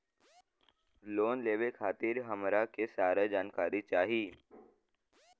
Loan लेवे खातीर हमरा के सारी जानकारी चाही?